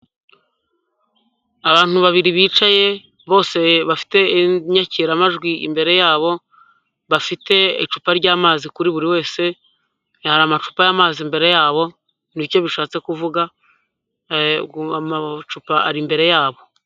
Abantu babiri bicaye, bose bafite inyakiramajwi imbere yabo bafite icupa ryamazi kuri buri wese hari amacupa'amazi imbere yabo nicyo bishatse kuvuga amacupa ari imbere yabo.